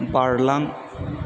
बारलां